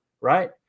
right